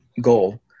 goal